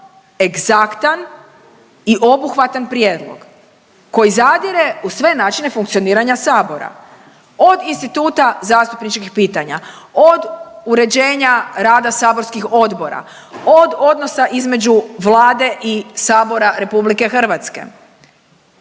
egzaktan i obuhvatan prijedlog koji zadire u sve načine funkcioniranja Sabora, od instituta zastupničkih pitanja, od uređenja rada saborskih odbora, od odnosa između Vlade i Sabora RH, ako netko